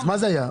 אז מה זה היה?